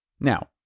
Now